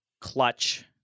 clutch